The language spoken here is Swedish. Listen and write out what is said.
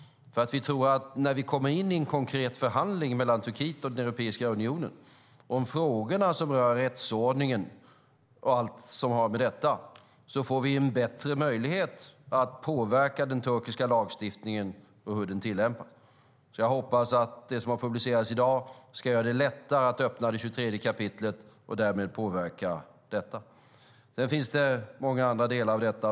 När vi kommer in i en konkret förhandling mellan Turkiet och Europeiska unionen om de frågor som rör rättsordningen och allt som har med detta att göra får vi bättre möjlighet att påverka den turkiska lagstiftningen och hur den tillämpas. Jag hoppas att det som har publicerats i dag ska göra det lättare att öppna det 23:e kapitlet och därmed påverka detta. Sedan finns det många andra delar.